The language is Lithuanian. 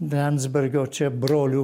lendzbergio čia broliu